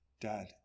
Dad